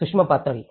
सूक्ष्म पातळी